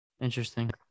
interesting